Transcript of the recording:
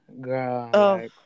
girl